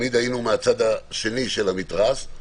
תמיד היינו מהצד השני של המתרס,